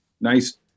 nice